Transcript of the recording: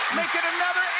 make it another